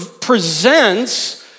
presents